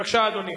בבקשה, אדוני.